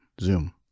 zoom